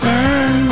Burn